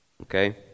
okay